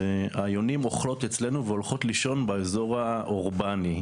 היונים אוכלות אצלנו והולכות לישון באזור האורבני.